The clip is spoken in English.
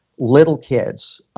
little kids,